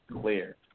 clear